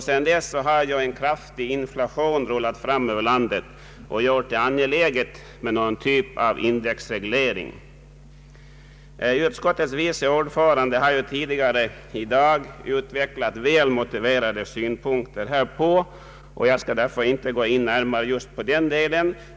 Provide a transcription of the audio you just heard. Sedan dess har en kraftig inflation ruliat fram över landet och gjort det angeläget att någon typ av indexreglering införs. Utskottets vice ordförande har tidigare i dag utvecklat väl motiverade synpunkter härpå, och jag skall därför inte gå närmare in just på denna del.